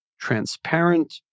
transparent